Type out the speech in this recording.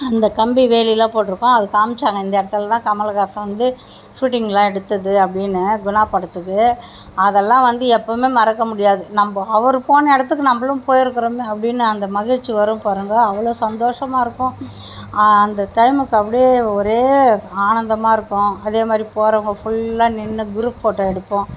அங்கே கம்பி வேலிலாம் போட்டிருக்கும் அது காமிச்சாங்க இந்த இடத்துலலாம் கமல்ஹாசன் வந்து சூட்டிங்லாம் எடுத்தது அப்படின்னு குணா படத்துக்கு அதலாம் வந்து எப்பவும் மறக்க முடியாது நம்ம அவர் போன இடத்துக்கு நம்மளும் போயிருக்கிறோமேனு அப்படின்னு அந்த மகிழ்ச்சி வரும் பாருங்கள் அவ்வளோ சந்தோஷமா இருக்கும் அந்த டைமுக்கு அப்படியே ஒரே ஆனந்தமாக இருக்கும் அதேமாதிரி போறவங்க ஃபுல்லாக நின்று குரூப் போட்டோ எடுப்போம்